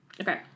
Okay